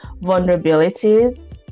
vulnerabilities